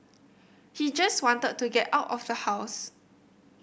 he just wanted to get out of the house